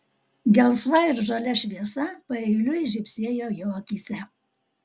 gelsva ir žalia šviesa paeiliui žybsėjo jo akyse